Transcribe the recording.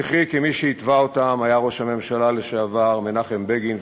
זכרי כי מי שהתווה אותם היה ראש הממשלה לשעבר מנחם בגין,